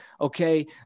Okay